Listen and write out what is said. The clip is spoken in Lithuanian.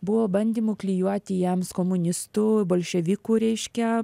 buvo bandymų klijuoti jiems komunistų bolševikų reiškia